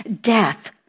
Death